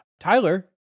Tyler